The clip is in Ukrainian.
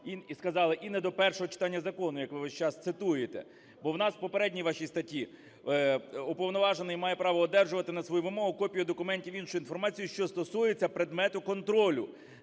ви сказали, і не до першого читання закону, як ви весь час цитуєте. Бо у нас у попередній вашій статті уповноважений має право одержувати на свою вимогу копію документів, іншу інформацію, що стосується предмету контролю,